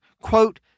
quote